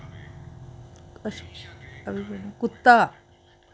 कुत्ता